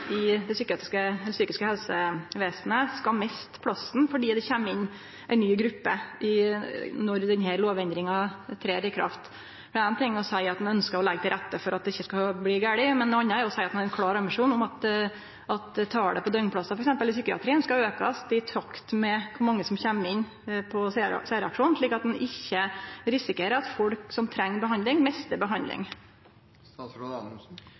i det psykiske helsevesenet skal miste plassen fordi det kjem inn ei ny gruppe når denne lovendringa trer i kraft. Ein ting er å seie at ein ønskjer å leggje til rette for at det ikkje skal bli gale, men noko anna er å seie at ein har ein klar ambisjon om at talet på døgnplassar, f.eks. i psykiatrien, skal aukast i takt med kor mange som kjem inn på særreaksjon, slik at ein ikkje risikerer at folk som treng behandling, mistar behandling.